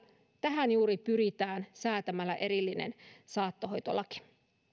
tähän juuri pyritään säätämällä erillinen saattohoitolaki